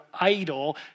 idol